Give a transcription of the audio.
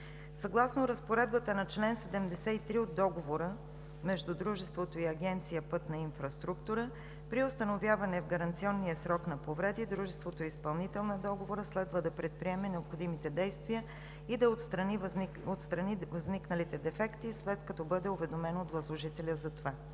Съгласно разпоредбата на чл. 73 от договора между Дружеството и Агенция „Пътна инфраструктура“ при установяване в гаранционния срок на повреди Дружеството, изпълнител на договора, следва да предприеме необходимите действия и да отстрани възникналите дефекти, след като бъде уведомено от възложителя за това.